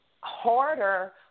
harder